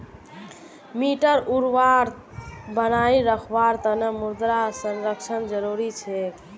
मिट्टीर उर्वरता बनई रखवार तना मृदा संरक्षण जरुरी छेक